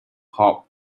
hop